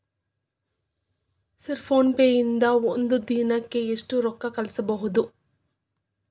Sir PhonePe ದಿಂದ ಒಂದು ದಿನಕ್ಕೆ ಎಷ್ಟು ರೊಕ್ಕಾ ಕಳಿಸಬಹುದು?